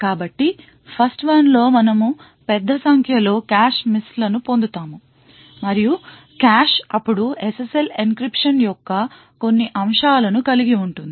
కాబట్టి 1st one లో మనం పెద్ద సంఖ్యలో కాష్ మిస్లను పొందుతాము మరియు కాష్ అప్పుడు SSL encryption యొక్క కొన్ని అంశాల ను కలిగి ఉంటుంది